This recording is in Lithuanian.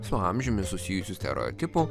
su amžiumi susijusių stereotipų